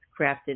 crafted